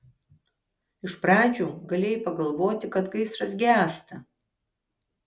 iš pradžių galėjai pagalvoti kad gaisras gęsta